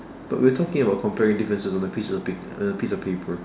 but we're talking about comparing differences on a piece on a piece of paper